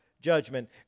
judgment